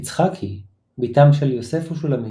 יצחקי, בתם של יוסף ושולמית,